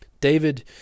David